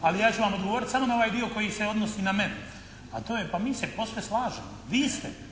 ali ja ću vam odgovoriti samo na ovaj dio koji se odnosi na mene, a to je pa mi se posve slažemo. Vi ste,